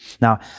Now